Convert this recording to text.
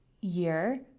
year